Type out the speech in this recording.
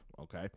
okay